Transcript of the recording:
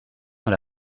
dans